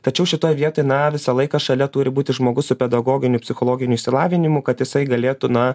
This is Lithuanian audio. tačiau šitoj vietoj na visą laiką šalia turi būti žmogus su pedagoginiu psichologiniu išsilavinimu kad jisai galėtų na